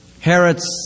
Herod's